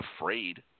afraid